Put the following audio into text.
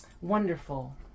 Wonderful